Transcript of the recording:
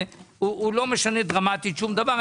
הוא לא משנה דרמטית שום דבר.